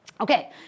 Okay